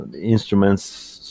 instruments